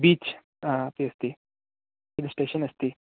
beach अपि अस्ति hill station अस्ति